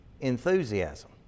Enthusiasm